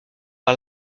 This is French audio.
par